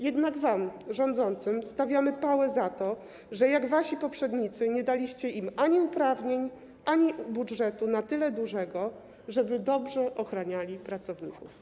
Jednak wam, rządzącym, stawiamy pałę za to, że jak wasi poprzednicy nie daliście im ani uprawnień, ani budżetu na tyle dużego, żeby dobrze ochraniali pracowników.